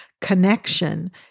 connection